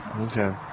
Okay